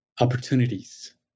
opportunities